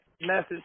message